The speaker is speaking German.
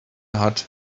hat